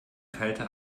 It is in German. kalte